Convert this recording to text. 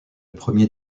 premier